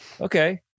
Okay